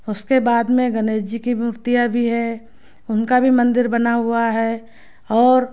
उसके बाद में गणेश जी की मूर्तियाँ भी है उनका भी मंदिर बना हुआ है और